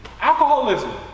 Alcoholism